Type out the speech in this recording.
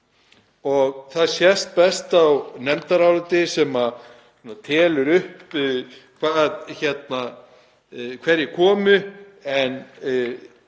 Það sést best á nefndaráliti sem telur upp hverjir komu, en